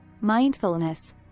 mindfulness